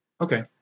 okay